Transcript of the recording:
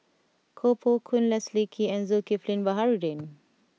Koh Poh Koon Leslie Kee and Zulkifli Baharudin